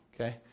Okay